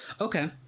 Okay